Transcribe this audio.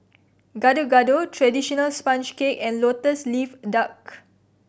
Gado Gado traditional sponge cake and Lotus Leaf Duck